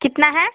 कितना है